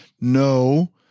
No